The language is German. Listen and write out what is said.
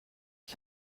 ich